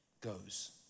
goes